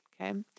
Okay